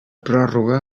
pròrroga